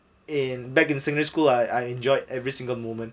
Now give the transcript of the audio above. in back in secondary school I I enjoyed every single moment